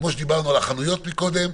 כמו שדיברנו על החנויות מקודם,